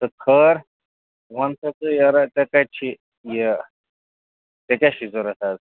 تہٕ کھٲر وَن سا ژٕ یارا ژےٚ کَتہِ چھِ یہِ ژےٚ کیٛاہ چھِ ضوٚرَتھ آز